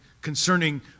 concerning